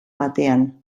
batean